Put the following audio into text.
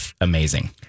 amazing